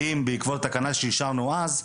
האם בעקבות תקנה שאישרנו אז,